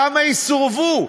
כמה יסורבו?